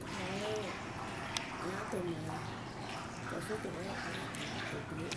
Ka pa wɛɛ wǝǝ a láa tʊʊ mɛŋwǝ kɨ ǝ fɨ tʊwɛ